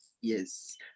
Yes